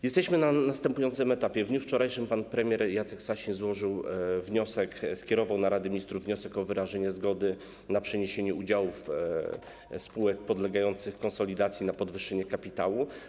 Jesteśmy na następującym etapie: w dniu wczorajszym pan premier Jacek Sasin złożył wniosek, skierował do Rady Ministrów wniosek o wyrażenie zgody na przeniesienie udziałów spółek podlegających konsolidacji na podwyższenie kapitału.